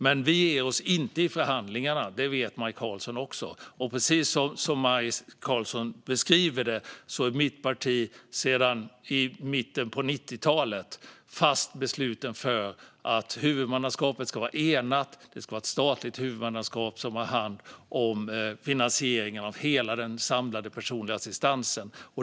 Men vi ger oss inte i förhandlingarna; det vet Maj Karlsson också. Precis som Maj Karlsson beskriver det är mitt parti sedan mitten av 90talet fast beslutet att huvudmannaskapet ska vara enat och att det ska vara ett statligt huvudmannaskap som har hand om finansieringen av hela den samlade personliga assistansen.